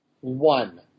One